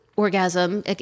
orgasm